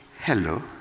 Hello